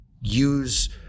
use